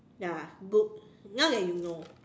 ya good now that you know